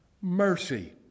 Mercy